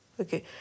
okay